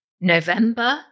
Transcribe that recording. November